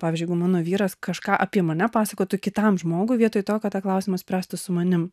pavyzdžiui jeigu mano vyras kažką apie mane pasakotų kitam žmogui vietoj to kad tą klausimą spręstų su manim